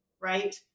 right